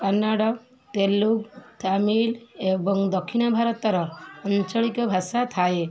କାନାଡ଼ ତେଲୁଗ୍ ତାମିଲ୍ ଏବଂ ଦକ୍ଷିଣ ଭାରତର ଆଞ୍ଚଳିକ ଭାଷା ଥାଏ